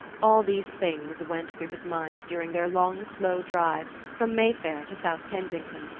all these things went through his mind during their long slow drive from mayfair to south kensington,